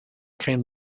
came